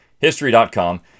History.com